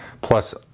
plus